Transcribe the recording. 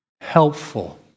Helpful